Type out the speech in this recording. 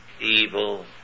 evil